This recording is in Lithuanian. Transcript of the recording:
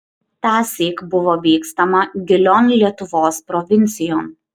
tąsyk buvo vykstama gilion lietuvos provincijon